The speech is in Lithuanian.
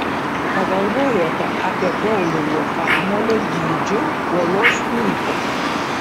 pagalvojate apie boulingo kamuolio dydžio uolos luitą